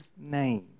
name